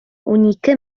унике